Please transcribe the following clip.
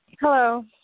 Hello